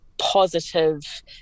positive